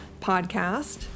podcast